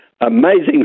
amazing